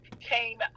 came